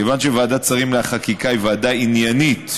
וכיוון שוועדת שרים לחקיקה היא ועדה עניינית,